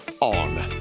on